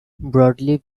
broadly